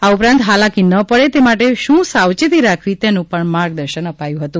આ ઉપરાંત હાલાકી ન પડે તે માટે શું સાવચેતી રાખવી તેનું પણ માર્ગદર્શન અપાયું હતું